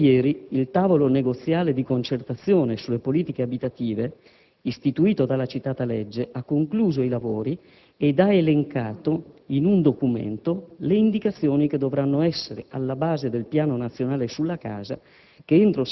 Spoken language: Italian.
proprio ieri il tavolo nazionale di concertazione sulle politiche abitative, istituito dalla citata legge, ha concluso i lavori ed ha elencato in un documento le indicazioni che dovranno essere alla base del piano nazionale sulla casa